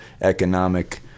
economic